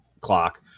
clock